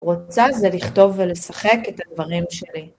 רוצה זה לכתוב ולשחק את הדברים שלי.